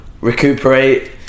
recuperate